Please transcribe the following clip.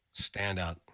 Standout